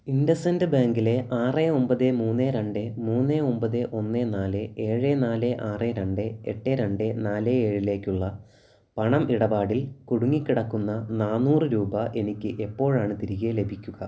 ഇൻഡസൻഡ് ബാങ്കിലെ ആറ് ഒമ്പത് മൂന്ന് രണ്ട് മൂന്ന് ഒമ്പത് ഒന്ന് നാല് ഏഴ് നാല് ആറ് രണ്ട് എട്ട് രണ്ട് നാല് എഴിലേക്കുള്ള പണം ഇടപാടിൽ കുടുങ്ങിക്കിടക്കുന്ന നാന്നൂറ് രൂപ എനിക്ക് എപ്പോഴാണ് തിരികെ ലഭിക്കുക